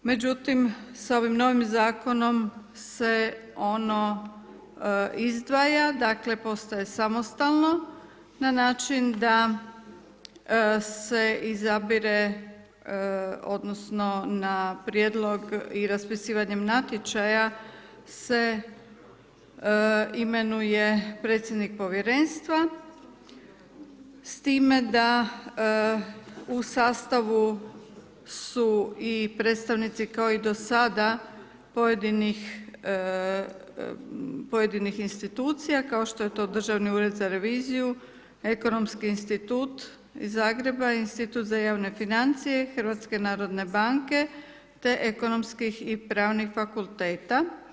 Međutim, s ovim novim Zakonom se ono izdvaja, dakle, postaje samostalno na način da se izabire odnosno na prijedlog i raspisivanjem natječaja se imenuje predsjednik Povjerenstva s time da u sastavu su i predstavnici kao i do sada, pojedinih institucija, kao što je to Državni ured za reviziju, Ekonomski institut iz Zagreba, Institut za javne financije HNB-a, te Ekonomskih i Pravnih fakulteta.